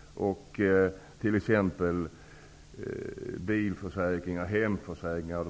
Det drabbar också i form av ökade premier på bilförsäkringar och hemförsäkringar.